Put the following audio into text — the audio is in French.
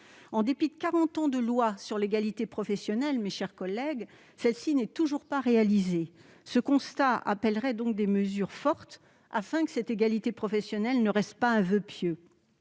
En dépit de quarante ans de lois sur l'égalité professionnelle, celle-ci n'est toujours pas réalisée. Ce constat appellerait des mesures fortes afin que l'égalité professionnelle ne reste pas un voeu pieux.